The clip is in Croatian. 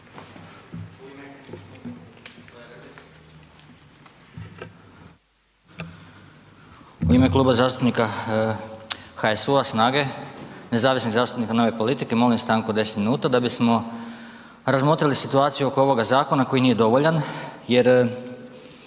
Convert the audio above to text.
U ime Kluba zastupnika HSU-SNAGA-nezavisnih zastupnika i Nove politike molim stanku od 10 minuta da bismo razmotrili situaciju oko ovoga zakona koji nije dovoljan jer